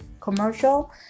commercial